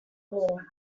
war